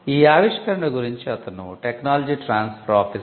ఈ ఆవిష్కరణ గురించి అతను టెక్నాలజీ ట్రాన్స్ఫర్ ఆఫీస్